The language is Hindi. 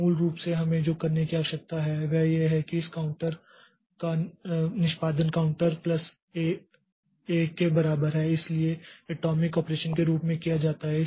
तो मूल रूप से हमें जो करने की आवश्यकता है वह यह है कि इस काउंटर का निष्पादन काउंटर प्लस 1 के बराबर है इसे अटॉमिक ऑपरेशन के रूप में किया जाता है